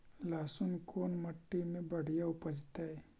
लहसुन कोन मट्टी मे बढ़िया उपजतै?